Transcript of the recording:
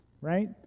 Right